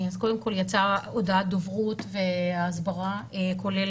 אז קודם כל יצאה הודעת דוברות וההסברה כולל